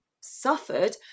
suffered